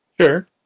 Sure